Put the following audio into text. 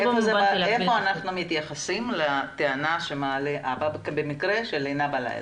איפה אנחנו מתייחסים לטענה שמעלה א.ב.א במקרה של לינה בלילה?